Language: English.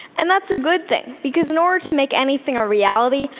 and that's a good thing, because in order to make anything a reality,